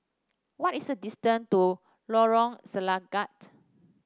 what is the distance to Lorong Selangat